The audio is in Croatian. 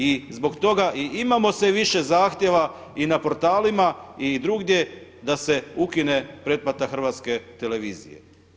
I zbog toga i imamo sve više zahtjeva i na portalima i drugdje da se ukine pretplata Hrvatske televizije.